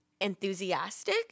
enthusiastic